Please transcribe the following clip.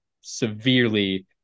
severely